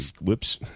Whoops